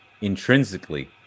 intrinsically